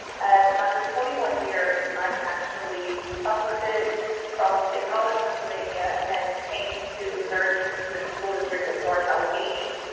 and after twenty one years, i actually uprooted from state college pennsylvania and came to the very prestigious school district of north allegheny.